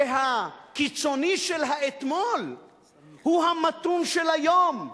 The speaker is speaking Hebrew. שהקיצוני של האתמול הוא המתון של היום.